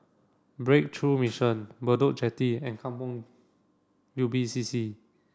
breakthrough Mission Bedok Jetty and Kampong Ubi C C